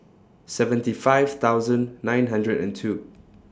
seventy five thousand nine hundred and two